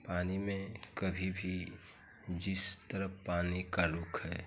पानी में कभी भी जिस तरफ पानी का रुख है